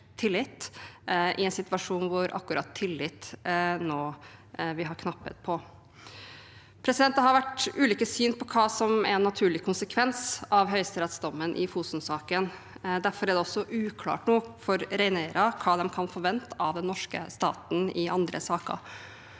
i en situasjon hvor akkurat tillit er noe vi har knapphet på. Det har vært ulike syn på hva som er en naturlig konsekvens av høyesterettsdommen i Fosen-saken. Derfor er det også uklart for reineiere hva de kan forvente av den norske staten i andre saker.